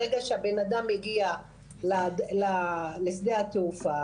ברגע שהבנאדם מגיע לשדה התעופה,